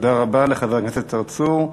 תודה רבה לחבר הכנסת צרצור.